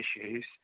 issues